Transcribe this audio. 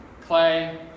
Clay